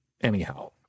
anyhow